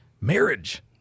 marriage